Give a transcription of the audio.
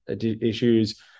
issues